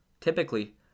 Typically